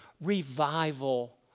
revival